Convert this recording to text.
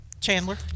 Chandler